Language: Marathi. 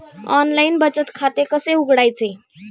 ऑनलाइन बचत खाते कसे उघडायचे?